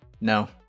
No